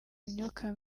myuka